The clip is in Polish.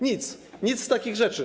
Nic, nic z takich rzeczy.